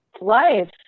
life